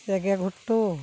ᱮᱜᱮ ᱜᱷᱩᱴᱩ